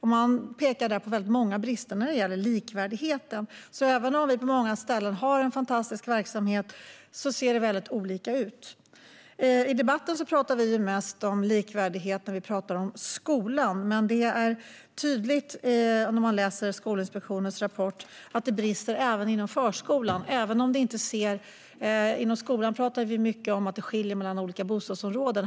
Man pekar på många brister när det gäller likvärdigheten. Även om vi på många ställen har en fantastisk verksamhet ser det alltså väldigt olika ut. I debatten pratar vi mest om likvärdighet när det gäller skolan, men det är tydligt när man läser Skolinspektionens rapport att det brister även inom förskolan. Inom skolan pratar vi mycket om att det skiljer mellan olika bostadsområden.